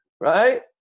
Right